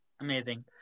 amazing